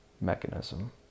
mechanism